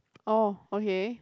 oh okay